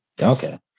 Okay